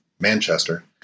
Manchester